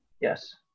Yes